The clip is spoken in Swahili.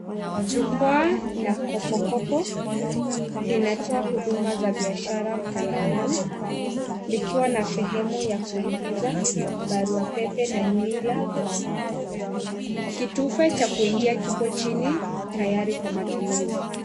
Jukwaa la kopokopo linatoa huduma za biashara mtandaoni, likiwa na sehemu ya kuingiza baruapepe na nywila, kitufe cha kuingia kipo chini, tayari kwa matumizi.